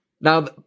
Now